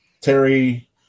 Terry